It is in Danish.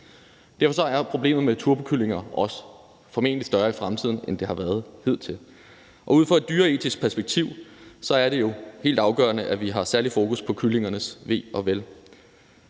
Derfor bliver problemet med turbokyllinger formentlig også større i fremtiden, end det har været hidtil. Ud fra et dyreetisk perspektiv er det jo helt afgørende, at vi har et særligt fokus på kyllingernes ve og vel.